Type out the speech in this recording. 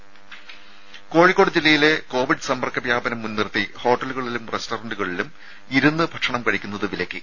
രുദ കോഴിക്കോട് ജില്ലയിലെ കോവിഡ് സമ്പർക്ക വ്യാപനം മുൻ നിർത്തി ഹോട്ടലുകളിലും റസ്റ്ററന്റുകളിലും ഇരുന്ന് ഭക്ഷണം കഴിക്കുന്നത് വിലക്കി